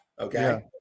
Okay